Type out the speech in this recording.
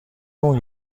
اون